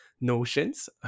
notions